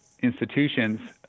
institutions